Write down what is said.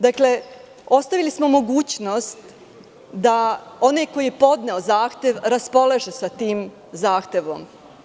Dakle, ostavili smo mogućnost da onaj koji je podneo zahtev raspolaže sa tim zahtevom.